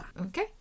okay